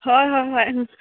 ꯍꯣꯏ ꯍꯣꯏ ꯍꯣꯏ ꯎꯝ